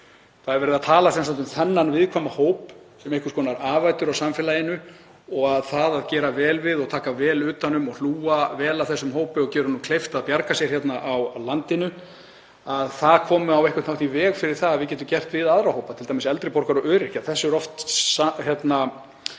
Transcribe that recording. Það er verið að tala um þennan viðkvæma hóp sem einhvers konar afætur á samfélaginu og að það að gera vel við og taka vel utan um og hlúa vel að þessum hópi og gera honum kleift að bjarga sér hérna á landinu komi á einhvern hátt í veg fyrir það að við getum gert vel við aðra hópa, t.d. eldri borgara og öryrkja. Þessu er oft sagt